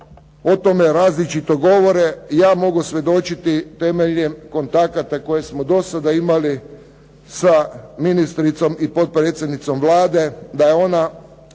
o tome različito govore i ja mogu svjedočiti temeljem kontakata koje smo do sada imali sa ministricom i potpredsjednicom Vlade da je ona